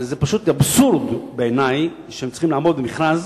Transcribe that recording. אז זה פשוט אבסורד בעיני שהם צריכים לעבור מכרז